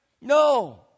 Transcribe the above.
No